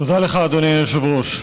תודה לך, אדוני היושב-ראש.